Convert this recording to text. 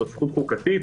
זו זכות חוקתית.